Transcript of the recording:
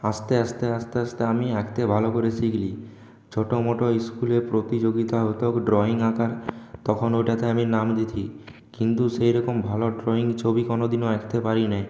আস্তে আস্তে আস্তে আস্তে আমি আঁকতে ভালো করে শিখলাম ছোট মোটো স্কুলে প্রতিযোগিতা হতো ড্রয়িং আঁকার তখন ওটাতে আমি নাম দিতাম কিন্তু সেরকম ভালো ড্রয়িং ছবি কোনোদিনও আঁকতে পারি নাই